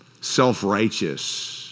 self-righteous